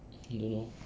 don't know